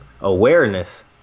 awareness